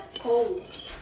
Cold